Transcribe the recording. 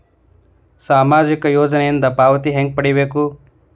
ಸಾಮಾಜಿಕ ಯೋಜನಿಯಿಂದ ಪಾವತಿ ಹೆಂಗ್ ಪಡಿಬೇಕು?